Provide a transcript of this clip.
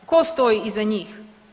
Tko stoji iza njih?